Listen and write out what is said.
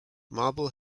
marble